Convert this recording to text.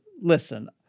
listen